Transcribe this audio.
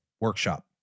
workshop